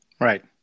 Right